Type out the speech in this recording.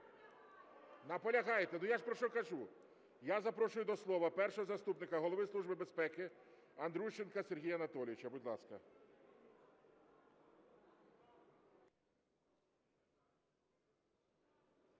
Наполягаєте? Я ж про що кажу. Я запрошую до слова першого заступника Голови Служби безпеки Андрущенка Сергія Анатолійович, будь ласка.